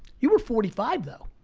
you were forty five though,